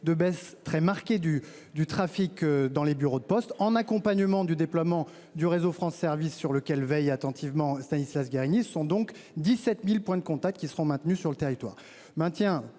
de baisse très marquée du, du trafic dans les bureaux de poste en accompagnement du déploiement du réseau France service sur lequel veille attentivement Stanislas Guerini sont donc 17.000 points de contact qui seront maintenus sur le territoire